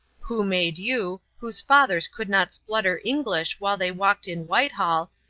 who made you, whose fathers could not splutter english while they walked in whitehall,